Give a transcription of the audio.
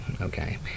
Okay